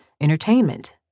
entertainment